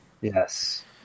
Yes